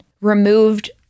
removed